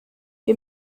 wir